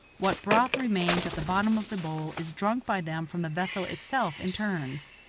what broth remains at the bottom of the bowl is drunk by them from the vessel itself in turns.